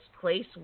place